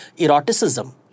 eroticism